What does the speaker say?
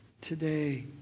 today